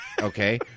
Okay